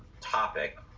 topic